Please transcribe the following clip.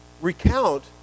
recount